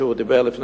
אבל לפני